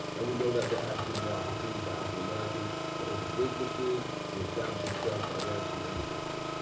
and we know that there has to be more opportunities for african americans to open businesses, to establish themselves financially in the district.